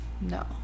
No